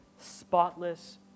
spotless